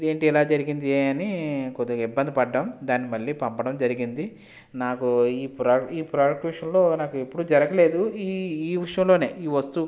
ఇదేంటి ఇలా జరిగింది అని కొద్దిగా ఇబ్బంది పడ్డాము దాన్ని మళ్ళీ పంపడం జరిగింది నాకు ఈ ప్రోడక్ట్ ఈ ప్రోడక్ట్ విషయంలో నాకు ఎప్పుడు జరగలేదు ఈ ఈ విషయంలోనే ఈ వస్తువు